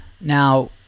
Now